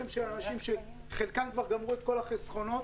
של אנשים שחלקם כבר גמרו את כל החסרונות,